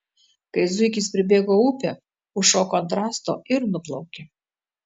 kai zuikis pribėgo upę užšoko ant rąsto ir nuplaukė